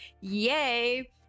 Yay